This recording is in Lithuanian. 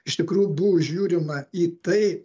iš tikrųjų buvo žiūrima į tai